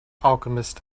alchemist